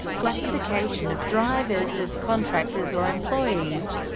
classification of drivers as contractors or employees